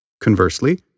Conversely